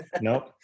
Nope